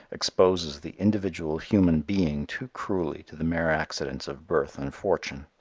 exposes the individual human being too cruelly to the mere accidents of birth and fortune.